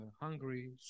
Hungary